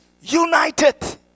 united